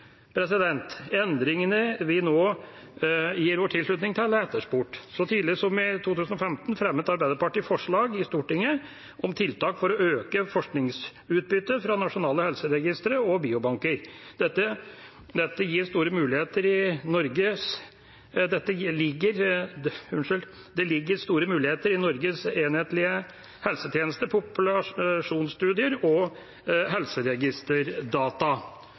Endringene vi nå gir vår tilslutning til, er etterspurt. Så tidlig som i 2015 fremmet Arbeiderpartiet forslag i Stortinget om tiltak for å øke forskningsutbyttet fra nasjonale helseregistre og biobanker. Det ligger store muligheter i Norges enhetlige helsetjeneste, populasjonsstudier og helseregisterdata. Arbeiderpartiet har lenge vært utålmodig etter å oppnå et bedre samspill mellom helseforetak, universiteter, høyskoler og